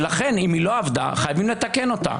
ולכן אם היא לא עבדה חייבים לתקן אותה.